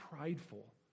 prideful